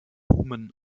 lumen